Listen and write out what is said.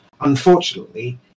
Unfortunately